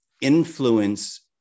influence